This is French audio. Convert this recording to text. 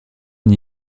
n’y